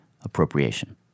appropriation